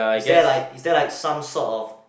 is that like is that like some sort of